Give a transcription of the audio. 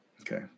Okay